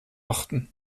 achten